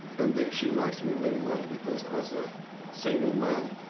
and she likes me very much, because as a single man,